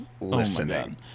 listening